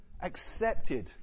Accepted